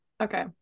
Okay